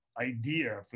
idea